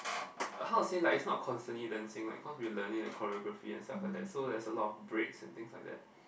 how to say like is not conceding dancing cause we learning a Korean graphic itself like that so there's lot of breaks and things like that